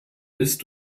ist